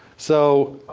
so